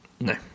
No